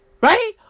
Right